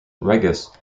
regis